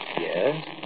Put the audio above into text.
Yes